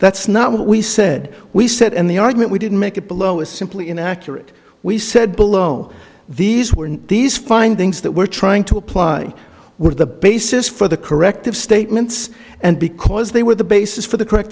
that's not what we said we said and the argument we didn't make it below is simply inaccurate we said below these were these findings that we're trying to apply were the basis for the corrective statements and because they were the basis for the correct